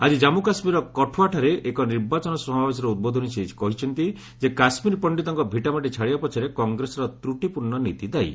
ଆଜି ଜାମ୍ସ କାଶ୍ମୀରର କଠୱାଠାରେ ଏକ ନିର୍ବାଚନ ସମାବେଶରେ ଉଦ୍ବୋଧନ ଦେଇ ସେ କହିଛନ୍ତି ଯେ କାଶ୍ମୀର ପଣ୍ଡିତଙ୍କ ଭିଟାମାଟି ଛାଡିବା ପଛରେ କଂଗ୍ରେସ ତ୍ରଟିପୂର୍ଣ୍ଣ ନୀତି ଦାୟୀ